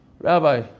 Rabbi